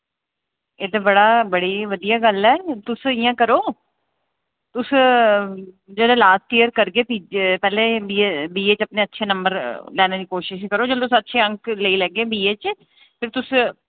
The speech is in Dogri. एह् ते बड़ा बड़ी बधिया गल्ल ऐ तुस इ'यां करो तुस जेह्ड़े लास्ट इयर करगे तीजे पैह्लें बी ए बी ए च अपने अच्छे नंबर लैने दी कोशश करो जिल्लै तुस अच्छे अंक लेई लैगे बी ए च फिर तुस